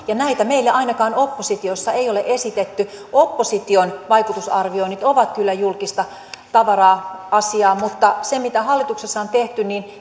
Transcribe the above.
ja näitä meille ainakaan oppositiossa ei ole esitetty opposition vaikutusarvioinnit ovat kyllä julkista tavaraa mutta se mitä hallituksessa on tehty